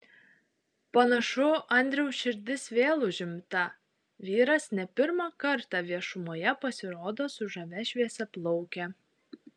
panašu andriaus širdis vėl užimta vyras ne pirmą kartą viešumoje pasirodo su žavia šviesiaplauke